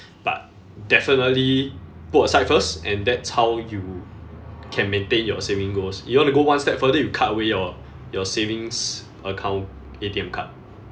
but definitely put aside first and that's how you can maintain your saving goals you want to go one step further you cut away your your savings account A_T_M card